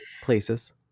places